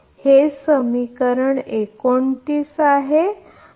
त्यामुळे हे आपले समीकरण 29 आहे